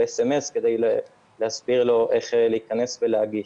ב-SMS כדי להסביר לו איך להיכנס ולהגיש.